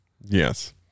Yes